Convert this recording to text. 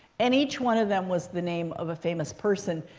and each one of them was the name of a famous person.